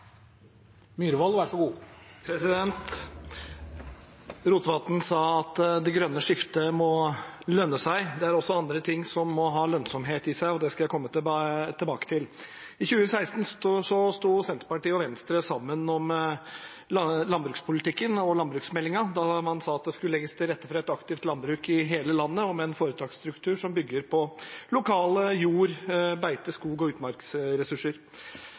også andre ting som må ha lønnsomhet i seg, og det skal jeg komme tilbake til. I 2016 sto Senterpartiet og Venstre sammen om landbrukspolitikken og landbruksmeldingen da man sa at det skulle legges til rette for et aktivt landbruk i hele landet, med en foretaksstruktur som bygger på lokale jord-, beite-, skog- og utmarksressurser.